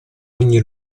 ogni